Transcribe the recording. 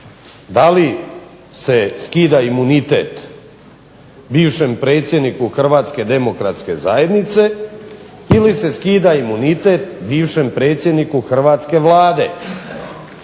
da li se skida imunitet bivšem predsjedniku HDZ-a ili se skida imunitet bivšem predsjedniku Hrvatske vlade?